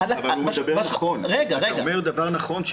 אתה אומר דבר נכון.